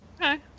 okay